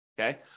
Okay